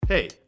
hey